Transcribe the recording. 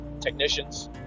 technicians